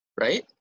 right